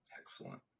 Excellent